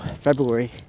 February